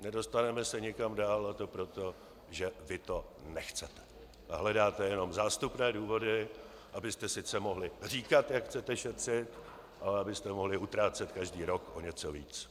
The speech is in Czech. Nedostaneme se nikam dál, a to proto, že vy to nechcete a hledáte jenom zástupné důvody, abyste sice mohli říkat, jak chcete šetřit, ale abyste mohli utrácet každý rok o něco víc.